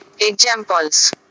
Examples